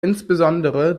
insbesondere